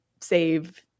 save